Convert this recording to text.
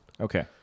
Okay